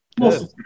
Good